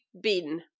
bin